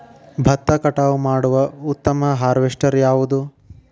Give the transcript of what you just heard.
ಭತ್ತ ಕಟಾವು ಮಾಡುವ ಉತ್ತಮ ಹಾರ್ವೇಸ್ಟರ್ ಯಾವುದು?